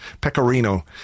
Pecorino